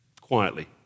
quietly